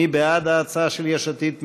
מי בעד ההצעה של יש עתיד?